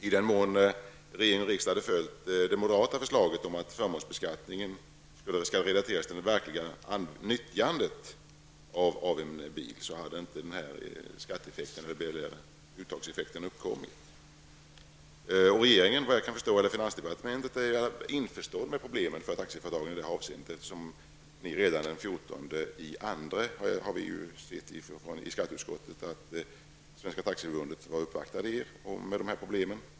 I den mån regering och riksdag hade följt det moderata förslaget om att förmånsbeskattningen skall relateras till det verkliga nyttjandet av en bil, hade inte den här uttagseffekten uppkommit. Efter vad jag kan förstå är man på finansdepartementet införstådd med taxiföretagens problem i detta avseende, eftersom vi i skatteutskottet har fått kännedom om att Svenska taxiförbundet redan den 14 februari uppvaktade er och informerade om de här problemen.